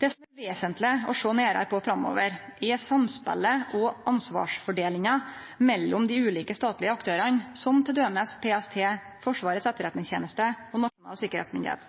Det som det er vesentleg å sjå nærare på framover, er samspelet og ansvarsfordelinga mellom dei ulike statlege aktørane, som t.d. PST, Etterretningstenesta og Nasjonalt tryggingsorgan.